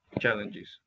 challenges